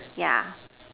yeah